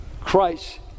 Christ